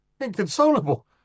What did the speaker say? Inconsolable